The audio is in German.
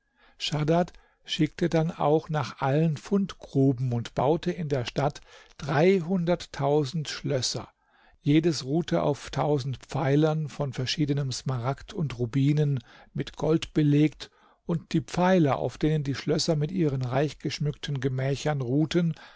schaddad schickte dann auch nach allen fundgruben und baute in der stadt dreihunderttausend schlösser jedes ruhte auf tausend pfeilern von verschiedenem smaragd und rubinen mit gold belegt und die pfeiler auf denen die schlösser mit ihren reichgeschmückten gemächern ruhten